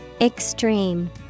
Extreme